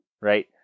right